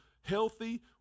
healthy